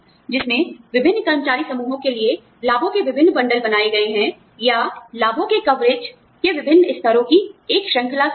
जिसमें विभिन्न कर्मचारी समूहों के लिए लाभों के विभिन्न बंडल बनाए गए हैं या लाभों के कवरेज के विभिन्न स्तरों की एक श्रृंखला शामिल है